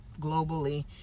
globally